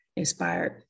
inspired